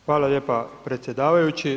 Hvala lijepa predsjedavajući.